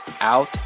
out